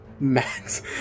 Max